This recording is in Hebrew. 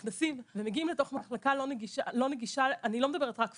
ונכנסים ומגיעים לתוך מחלקה לא נגישה אני לא מדברת רק פיזית,